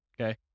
okay